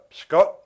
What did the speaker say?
Scott